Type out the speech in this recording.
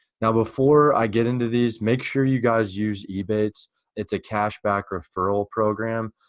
now before i get into these, make sure you guys use ebates it's a cash back referral program,